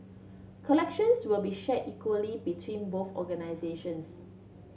collections will be share equally between both organisations